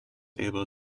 able